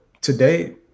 today